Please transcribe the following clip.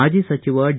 ಮಾಜಿ ಸಚಿವ ಡಿ